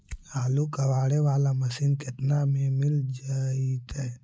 आलू कबाड़े बाला मशीन केतना में मिल जइतै?